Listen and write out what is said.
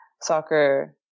soccer